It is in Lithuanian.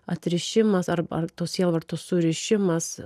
atrišimas ar ar sielvartų surišimas